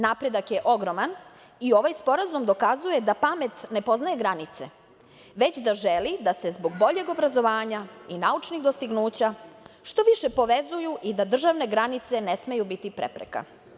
Napredak je ogroman i ovaj sporazum dokazuje da pamet ne poznaje granice, već da želi da se zbog boljeg obrazovanja i naučnih dostignuća što više povezuju i da državne granice ne smeju biti prepreka.